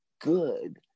good